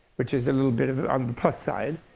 which is a little bit of on the plus side.